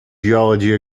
geology